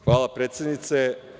Hvala predsednice.